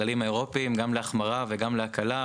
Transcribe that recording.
בכל מקרה למנהל.